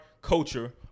culture